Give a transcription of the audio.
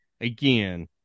again